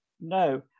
no